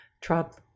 Trump